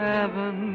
Heaven